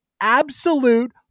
absolute